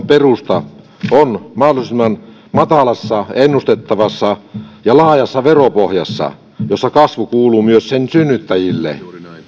perusta on mahdollisimman matalassa ennustettavassa ja laajassa veropohjassa jossa kasvu kuuluu myös sen synnyttäjille